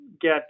get